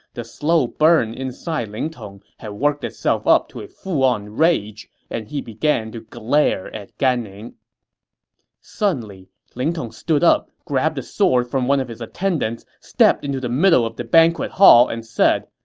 the slow burn inside ling tong had worked itself up to a full-on rage, and he began to glare at gan ning suddenly, ling tong stood up, grabbed a sword from one of his attendants, stepped into the middle of the banquet hall, and said,